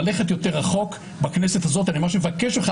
ללכת יותר רחוק בכנסת הזאת אני ממש מבקש ממך,